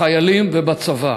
בחיילים ובצבא.